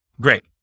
Great